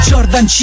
Jordan